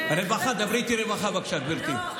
רווחה, דברי איתי רווחה, בבקשה, גברתי.